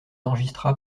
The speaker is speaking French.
enregistra